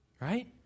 Right